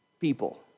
people